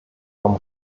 vom